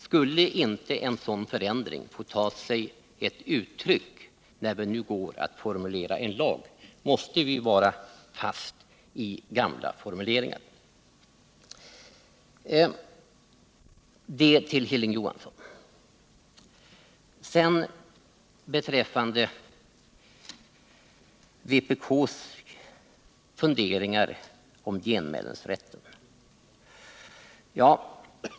Skulle inte en sådan förändring få ta sig uttryck när vi nu går att formulera en lag? Måste vi vara fast i gamla formuleringar? Detta till Hilding Johansson.